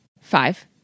five